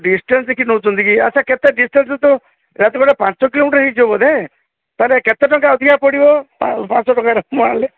distance ଦେଖିକି ନେଉଛନ୍ତି କି ଆଚ୍ଛା କେତେ ଡିସଟାନ୍ସ ପାଞ୍ଚ କିଲୋମଟର ହେଇଯିବ ବୋଧେ ନା ନାହିଁ କେତେ ଟଙ୍କା ଅଧିକ ପଡ଼ିବ ମୁଁ ଆଣିଲେ